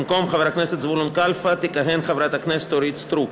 במקום חבר הכנסת זבולון קלפה תכהן חברת הכנסת אורית סטרוק.